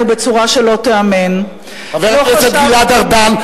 בצורה שלא תיאמן." חבר הכנסת גלעד ארדן.